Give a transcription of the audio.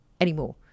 anymore